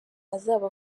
azaba